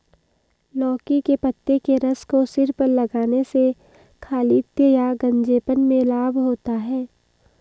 लौकी के पत्ते के रस को सिर पर लगाने से खालित्य या गंजेपन में लाभ होता है